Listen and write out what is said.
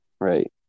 right